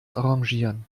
arrangieren